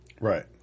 Right